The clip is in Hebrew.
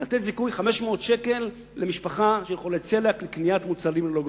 לתת זיכוי 500 שקל למשפחה של חולי צליאק לקניית מוצרים ללא גלוטן.